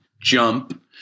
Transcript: jump